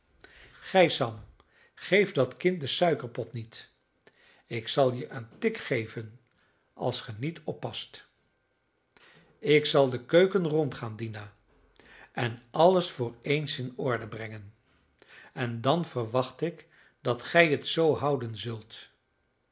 gij sam geef dat kind den suikerpot niet ik zal je een tik geven als ge niet oppast ik zal de keuken rondgaan dina en alles voor eens in orde brengen en dan verwacht ik dat gij het zoo houden zult